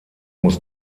muss